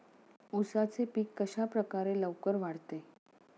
उसाचे पीक कशाप्रकारे लवकर वाढते?